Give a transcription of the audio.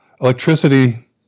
electricity